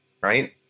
right